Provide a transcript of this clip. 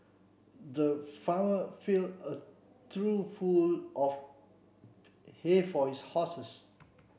the farmer filled a trough full of hay for his horses